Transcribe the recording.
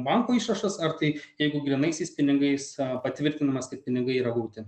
banko išrašas ar tai jeigu grynaisiais pinigais patvirtinamas kad pinigai yra gauti